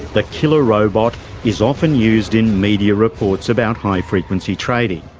the killer robot is often used in media reports about high-frequency trading.